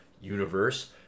universe